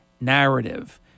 narrative